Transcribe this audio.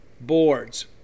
boards